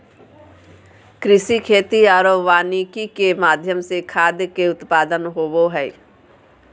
कृषि, खेती आरो वानिकी के माध्यम से खाद्य के उत्पादन होबो हइ